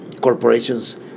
corporations